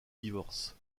divorce